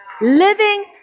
Living